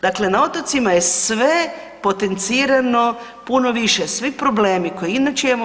Dakle na otocima je sve potencirano puno više, svi problemi koje inače imamo.